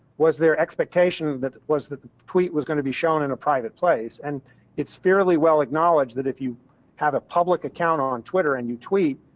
was their expectation that the tweet was going to be shown in a private place? and it's fairly well acknowledged, that if you have a public account on twitter and you tweet,